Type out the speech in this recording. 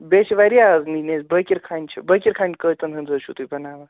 بیٚیہِ چھِ واریاہ نِنۍ اَسہِ بٲکِرخٲنہِ بٲکِرخانہِ کۭتَن ہٕنٛز چھِو تُہۍ بَناوان